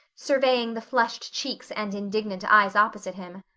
surveying the flushed cheeks and indignant eyes opposite him.